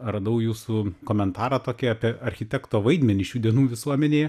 radau jūsų komentarą tokį apie architekto vaidmenį šių dienų visuomenėje